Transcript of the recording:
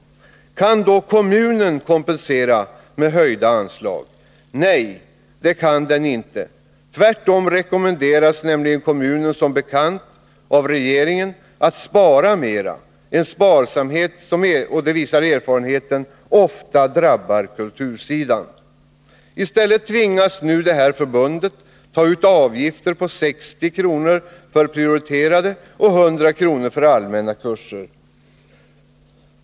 Kan då kommunen kompensera med höjda anslag? Nej, det kan den inte. Tvärtom rekommenderar som bekant regeringen kommunerna att spara mera — erfarenheten visar att sparsamhet ofta drabbar kultursidan. I stället tvingas nu det här förbundet ta ut avgifter på 60 kr. för prioriterade och 100 kr. för allmänna kurser.